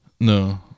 no